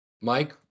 Mike